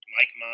Mike